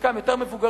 חלקם יותר מבוגרים,